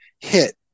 hit